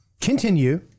Continue